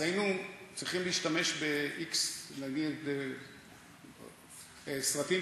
אז היינו צריכים להשתמש נגיד ב-x סרטים